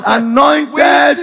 anointed